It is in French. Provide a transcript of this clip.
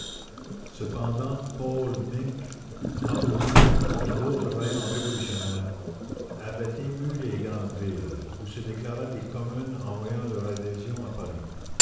paule mink amouroux et d'autres vaillants révolutionnaires avaient ému les grandes villes où se déclaraient des communes envoyant leur adhésion à paris